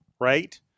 Right